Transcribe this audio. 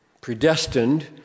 predestined